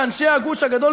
ואנשי הגוש הגדול,